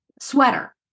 sweater